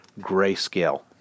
Grayscale